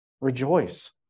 rejoice